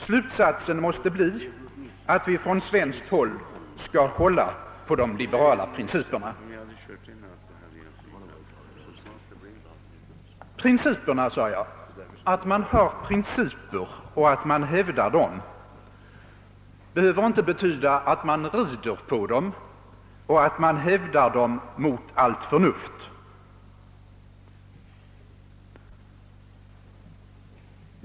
Slutsatsen måste bli att vi från svenskt håll skall hålla på de liberala principerna. Principerna sade jag — att man har principer och att man hävdar dem behöver inte betyda att man rider på dem och att man hävdar dem mot allt förnuft.